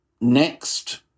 next